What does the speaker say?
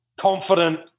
confident